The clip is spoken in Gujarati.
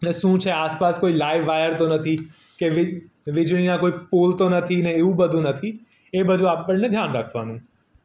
એટલે શું છે આસપાસ કોઈ લાઈવ વાયર તો નથી કે વીજળીના કોઈ પોલ તો નથી ને એવું બધું નથી એ બધું આપણને ધ્યાન રાખવાનું